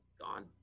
gone